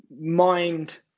mind